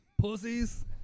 Pussies